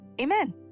Amen